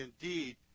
indeed